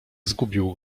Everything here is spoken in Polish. zgubił